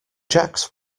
jack’s